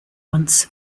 once